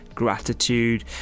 gratitude